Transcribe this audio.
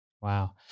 Wow